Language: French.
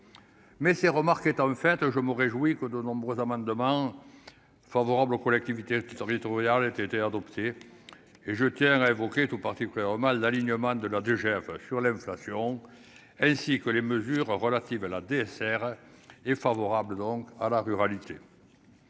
mais ces remarques étant faites, je me réjouis que de nombreux amendements favorables aux collectivités territoriales trouver avait été adoptée, et je tiens à évoquer tout particulièrement mal d'alignement de la Duchère sur l'inflation, ainsi que les mesures relatives à la TSR est favorable donc à la ruralité,